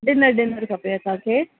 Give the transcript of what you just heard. dinner dinner खपे असांखे